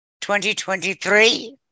2023